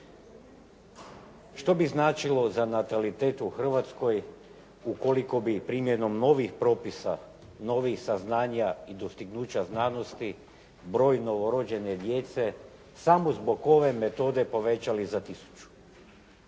Što bi značilo za natalitet u Hrvatskoj ukoliko bi primjenom novih propisa, novih saznanja i dostignuća znanosti broj novorođene djece samo zbog ove metode povećali za tisuću?